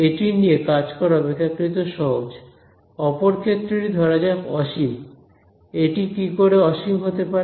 এটি নিয়ে কাজ করা অপেক্ষাকৃত সহজ অপর ক্ষেত্রটি ধরা যাক অসীম এটি কি করে অসীম হতে পারে